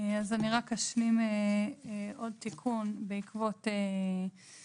אני רק אשלים עוד תיקון בעקבות תיקוני